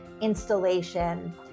installation